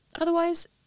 Otherwise